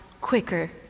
quicker